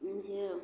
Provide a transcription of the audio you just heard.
नीक यऽ